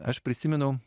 aš prisimenu